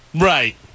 Right